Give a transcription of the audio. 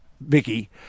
Vicky